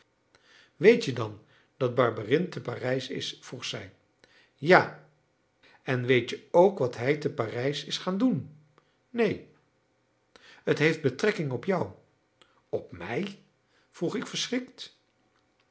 worden weet-je dan dat barberin te parijs is vroeg zij ja en weet je ook wat hij te parijs is gaan doen neen het heeft betrekking op jou op mij vroeg ik verschrikt